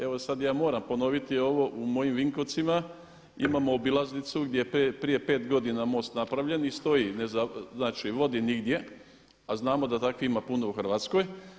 Evo sad ja moram ponoviti ovo, u mojim Vinkovcima imamo obilaznicu gdje je prije 5 godina most napravljen i stoji, znači vodi nigdje a znamo da takvih ima puno u Hrvatskoj.